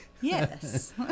Yes